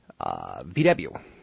VW